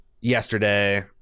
yesterday